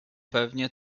pewnie